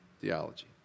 theology